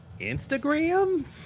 instagram